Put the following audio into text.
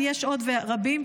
יש עוד, ורבים.